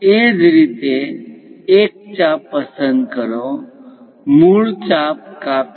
એ જ રીતે એક ચાપ પસંદ કરો મૂળ ચાપ કાપી